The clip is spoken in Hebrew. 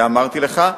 זה אמרתי לך.